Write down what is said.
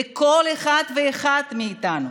לכל אחת ואחד מאיתנו.